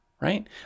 right